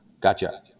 Gotcha